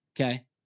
Okay